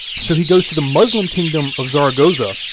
so he goes to the muslim kingdom of zaragoza,